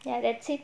ya that's it